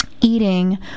eating